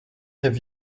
have